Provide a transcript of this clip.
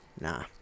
Nah